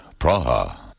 Praha